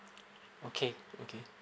okay okay